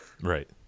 Right